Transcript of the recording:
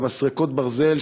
במסרקות ברזל,